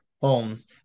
homes